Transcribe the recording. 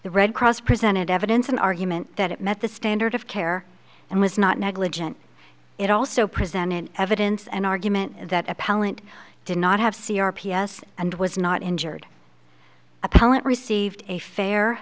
the red cross presented evidence and argument that it met the standard of care and was not negligent it also presented evidence and argument that appellant did not have c r p s and was not injured appellant received a fair